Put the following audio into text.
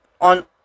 on